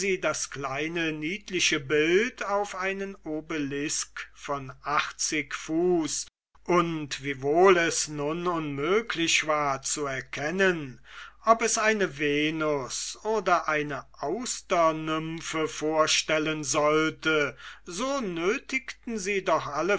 das kleine niedliche bild auf einen obelisk von achtzig fuß und wiewohl es nun unmöglich war zu erkennen ob es eine venus oder austernymphe vorstellen sollte so nötigten sie doch